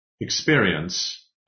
experience